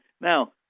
now